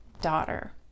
daughter